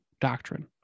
Doctrine